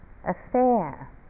affair